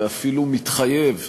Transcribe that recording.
ואפילו מתחייב,